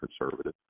conservative